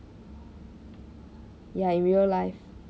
ya in real life